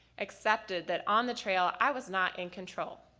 accepted that on the trail i was not in control.